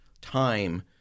time